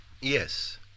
Yes